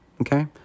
Okay